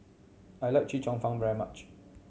I like Chee Cheong Fun very much